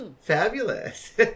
Fabulous